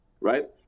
right